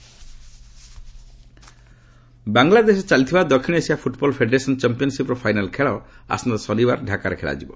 ସାପ୍ India ବାଂଲାଦେଶରେ ଚାଲିଥିବା ଦକ୍ଷିଣ ଏସିଆ ଫୁଟ୍ବଲ୍ ଫେଡେରେସନ୍ ଚମ୍ପିୟନ୍ସିପ୍ର ଫାଇନାଲ୍ ଖେଳ ଆସନ୍ତା ଶନିବାର ଡାକାରେ ଖେଳାଯିବ